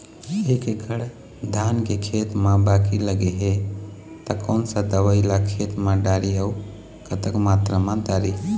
एक एकड़ धान के खेत मा बाकी लगे हे ता कोन सा दवई ला खेत मा डारी अऊ कतक मात्रा मा दारी?